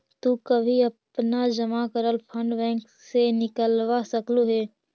तु कभी अपना जमा करल फंड बैंक से निकलवा सकलू हे